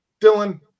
Dylan